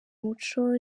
muco